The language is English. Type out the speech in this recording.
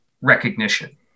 recognition